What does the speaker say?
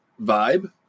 vibe